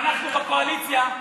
אנחנו בקואליציה,